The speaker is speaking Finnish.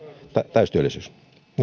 täystyöllisyys